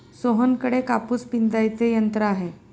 सोहनकडे कापूस पिंजायचे यंत्र आहे